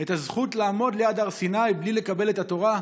את הזכות לעמוד ליד הר סיני בלי לקבל את התורה?